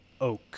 oak